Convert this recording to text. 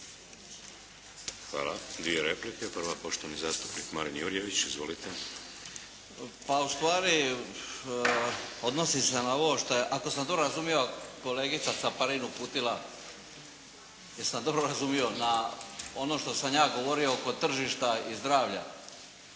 Hvala. Dvije replike. Prva poštovani zastupnik Marin Jurjević. Izvolite. **Jurjević, Marin (SDP)** Pa u stvari odnosi se na ovo što je, ako sam dobro razumio kolegica Caparin uputila, jesam dobro razumio na ono što sam ja govorio oko tržišta i zdravlja.